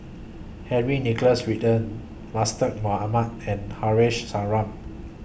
Henry Nicholas Ridley Mustaq Mohamad and Haresh Sharma